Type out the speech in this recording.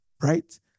right